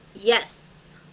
Yes